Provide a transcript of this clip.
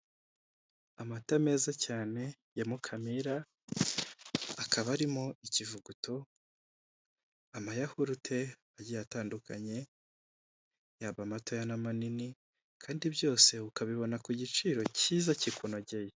Umugore wirabura ufite imisatsi myinshi y’umukara namaso ajya kuba matoya wambaye ikanzu iri mu ibara ry'umutuku, umweru, ndetse n’umukara ahagaze imbere y’ igikuta gifite ibara ry'mweru.